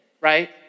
right